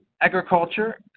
Agriculture